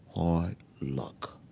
ah hard look.